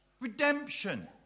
Redemption